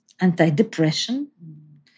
anti-depression